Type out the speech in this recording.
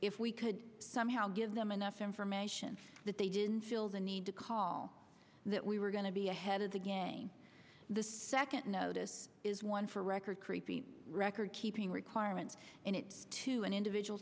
if we could somehow give them enough information that they didn't feel the need to call that we were going to be ahead of the game the second notice is one for a record creeping record keeping requirements and it's to an individual